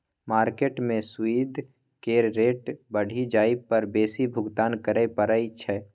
market में सूइद केर रेट बढ़ि जाइ पर बेसी भुगतान करइ पड़इ छै